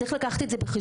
צריך לקחת את זה בחשבון,